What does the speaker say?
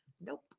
Nope